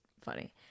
funny